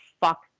fuck